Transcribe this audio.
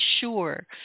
sure